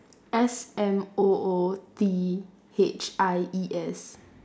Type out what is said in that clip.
S M O O T H I E S